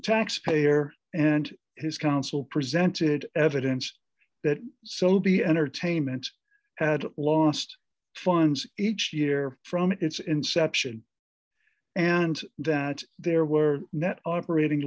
the taxpayer and his council presented evidence that sody entertainment had lost funds each year from its inception and that there were net operating